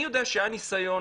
אני יודע שהיה ניסיון,